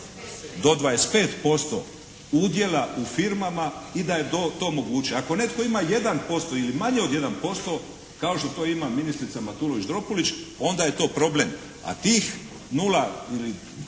do 25% udjela u firmama, i da je to moguće. Ako netko ima 1%, ili manje od 1%, kao što to ima ministrica Matulović-Dropulić, onda je to problem, a tih 0